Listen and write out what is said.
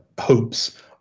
hopes